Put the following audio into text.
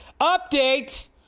Update